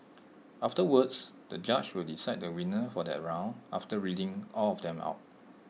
afterwards the judge will decide the winner for that round after reading all of them out